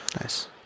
Nice